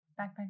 backpack